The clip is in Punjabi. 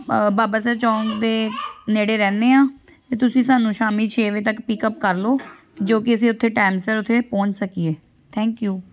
ਬਾਬਾ ਸਰ ਚੌਂਕ ਦੇ ਨੇੜੇ ਰਹਿੰਦੇ ਹਾਂ ਅਤੇ ਤੁਸੀਂ ਸਾਨੂੰ ਸ਼ਾਮੀ ਛੇ ਵਜੇ ਤੱਕ ਪਿਕ ਅਪ ਕਰ ਲਓ ਜੋ ਕਿ ਅਸੀਂ ਉੱਥੇ ਟਾਈਮ ਸਿਰ ਉੱਥੇ ਪਹੁੰਚ ਸਕੀਏ ਥੈਂਕ ਯੂ